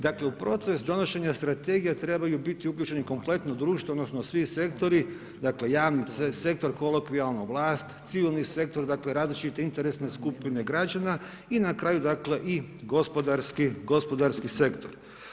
Dakle u proces donošenja strategije trebaju biti uključeni kompletno društvo odnosno svi sektori dakle javni sektor, kolokvijalno vlast, civilni sektor, različite interesne skupine građana i na kraju i gospodarski sektor.